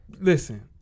Listen